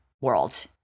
world